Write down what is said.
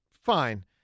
fine